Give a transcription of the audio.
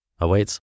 awaits